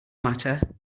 matter